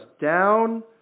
down